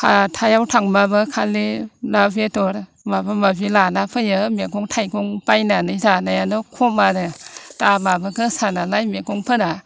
हाथायाव थांब्लाबो खालि ना बेदर माबा माबि लाना फैयो मैगं थाइगं बायनानै जानायानो खम आरो दामाबो गोसानालाय मैगंफोरा